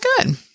good